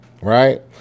right